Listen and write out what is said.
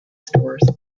stores